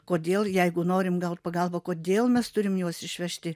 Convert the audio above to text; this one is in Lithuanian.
kodėl jeigu norim gaut pagalbą kodėl mes turim juos išvežti